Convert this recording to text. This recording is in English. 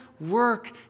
work